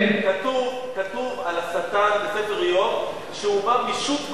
כתוב על השטן בספר איוב שהוא בא משוט בארץ,